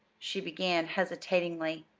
she began hesitatingly,